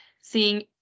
seeing